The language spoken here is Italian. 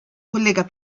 collega